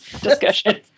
discussion